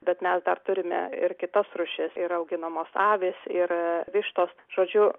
bet mes dar turime ir kitas rūšis yra auginamos avys ir vištos žodžiu